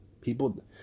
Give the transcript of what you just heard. People